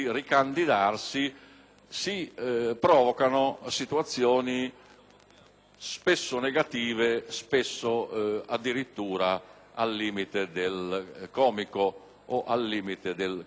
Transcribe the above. spesso negative, addirittura al limite del comico o del cattivo gusto.